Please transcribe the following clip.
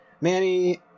Manny